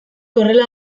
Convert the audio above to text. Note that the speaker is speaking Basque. horrela